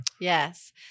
yes